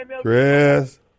Chris